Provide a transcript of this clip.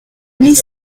huit